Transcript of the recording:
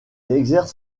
exerce